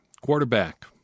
Quarterback